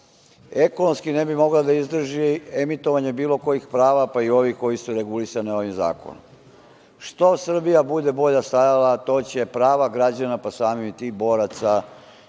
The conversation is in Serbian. Ekonomski ne bi mogla da izdrži emitovanje bilo kojih prava, pa i ovih koja su regulisana ovim zakonom. Što Srbija bude bolje stajala, to će prava građana, pa samim tim i boraca